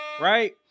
right